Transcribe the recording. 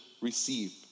receive